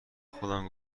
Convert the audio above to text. خودم